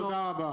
תודה רבה.